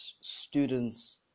students